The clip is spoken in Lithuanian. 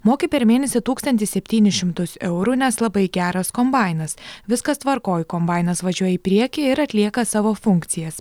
moki per mėnesį tūkstantį septynis šimtus eurų nes labai geras kombainas viskas tvarkoj kombainas važiuoja į priekį ir atlieka savo funkcijas